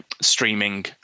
streaming